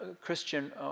Christian